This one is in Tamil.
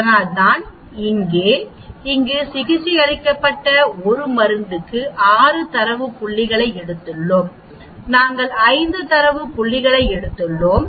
அதனால்இங்கே இங்கு சிகிச்சையளிக்கப்பட்ட ஒரு மருந்துக்கு 6 தரவு புள்ளிகளை எடுத்துள்ளோம் நாங்கள் 5 தரவு புள்ளியை எடுத்துள்ளோம்